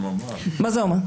מה זה אומר?